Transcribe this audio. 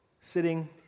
sitting